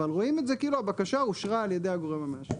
אבל רואים את זה כאילו הבקשה אושרה על ידי הגורם המאשר.